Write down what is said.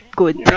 good